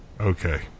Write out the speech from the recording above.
okay